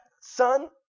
son